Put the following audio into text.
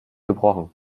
gebrochen